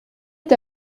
est